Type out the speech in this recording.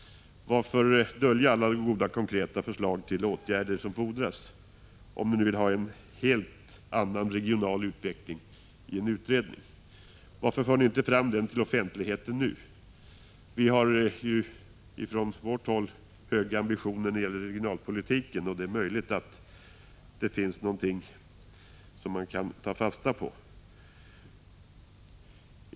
1985/86:148 konkreta förslag till åtgärder som fordras — om ni nu vill ha en helt annan regional utveckling — i en utredning? Varför offentliggör ni inte era förslag nu? Vi socialdemokrater har höga ambitioner när det gäller regionalpolitiken. Det är möjligt att det finns någonting som man kan ta fasta på.